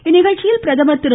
இந்நிகழ்ச்சியில் பிரதமர் திரு